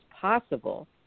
possible